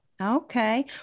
Okay